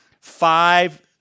Five